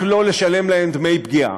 רק לא לשלם להם דמי פגיעה.